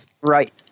Right